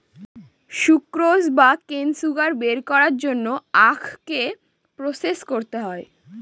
sucrose বা cane sugar বের করার জন্য আখকে প্রসেস করা হয়